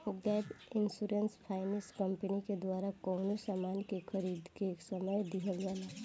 gap insurance finance company के द्वारा कवनो सामान के खरीदें के समय दीहल जाला